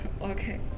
Okay